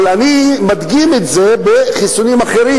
אבל אני מדגים את זה בחיסונים אחרים,